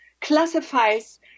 classifies